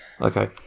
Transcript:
Okay